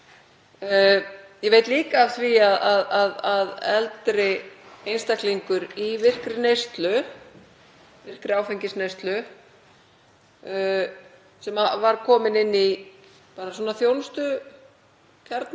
Ég veit líka af því að eldri einstaklingur í virkri neyslu, virkri áfengisneyslu, sem var kominn inn í þjónustukjarna,